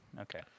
Okay